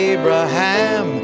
Abraham